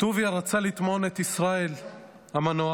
טוביה רצה לטמון את ישראל המנוח